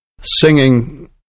singing